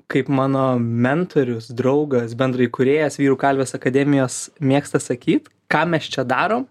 kaip mano mentorius draugas bendraįkūrėjas vyrų kalvės akademijos mėgsta sakyt ką mes čia darom